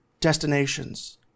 destinations